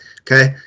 Okay